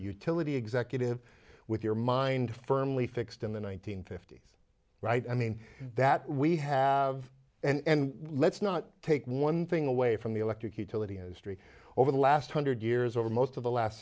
utility executive with your mind firmly fixed in the one nine hundred fifty s right i mean that we have and let's not take one thing away from the electric utility industry over the last hundred years over most of the last